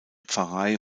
pfarrei